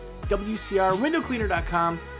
WCRwindowcleaner.com